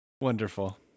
Wonderful